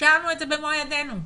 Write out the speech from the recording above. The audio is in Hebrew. אישרנו את זה במו ידינו.